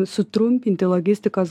sutrumpinti logistikos